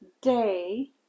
day